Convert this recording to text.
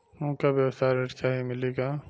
हमका व्यवसाय ऋण चाही मिली का?